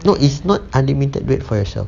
no it's not unlimited duit for yourself